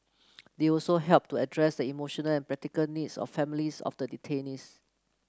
they also helped to address the emotional and practical needs of families of the detainees